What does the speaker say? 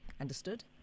Understood